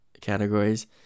categories